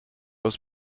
hast